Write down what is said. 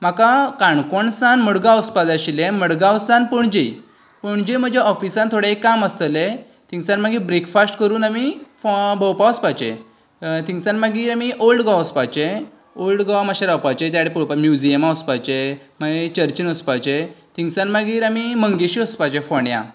म्हाका काणकोणसान मडगांव वचपा जाय आशिल्लें मडगांवच्यान पणजे पणजे म्हजे ऑफिसांत थोडें काम आसतले थिंगसान मागीर ब्रेकफास्ट करून आमी फो भोंवपाक वचपाचे थिंगसान मागीर आमी ओल्ड गोवा वचपाचे ओल्ड गोवा मातशें रावपाचे त्या सायडीन पळोवपाचे म्युजियमा वचपाचे मागीर चर्चींत वचपाचे थिंगसान मागीर आमी मंगेशी वचपाचे फोंड्या